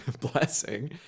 blessing